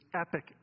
epic